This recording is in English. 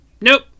nope